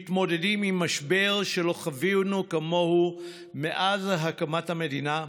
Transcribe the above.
מתמודדים עם משבר שלא חווינו כמוהו מאז הקמת המדינה,